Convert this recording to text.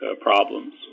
problems